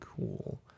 cool